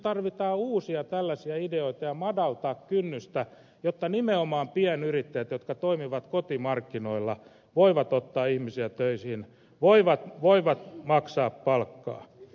nyt tarvitaan tällaisia uusia ideoita ja pitää madaltaa kynnystä jotta nimenomaan pienyrittäjät jotka toimivat kotimarkkinoilla voivat ottaa ihmisiä töihin voivat maksaa palkkaa